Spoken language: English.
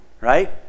right